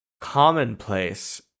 commonplace